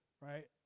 right